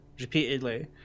repeatedly